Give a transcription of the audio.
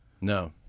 No